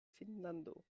finnlando